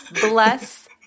Bless